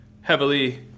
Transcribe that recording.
heavily